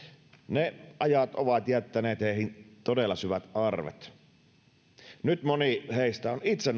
ne ajat ovat jättäneet heihin todella syvät arvet nyt moni heistä on itse